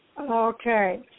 Okay